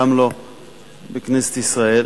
קם לו בכנסת ישראל,